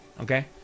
Okay